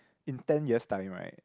in ten years time right